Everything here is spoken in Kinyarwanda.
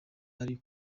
ari